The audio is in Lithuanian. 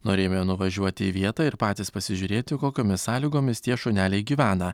norėjome nuvažiuoti į vietą ir patys pasižiūrėti kokiomis sąlygomis tie šuneliai gyvena